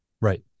Right